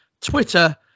Twitter